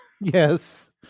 Yes